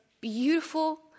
beautiful